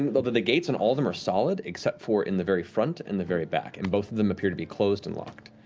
well the the gates on and all them are solid except for in the very front and the very back. and both of them appear to be closed and locked.